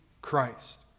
Christ